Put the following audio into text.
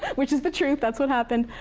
which is the truth. that's what happened,